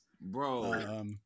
Bro